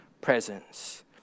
presence